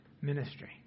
ministry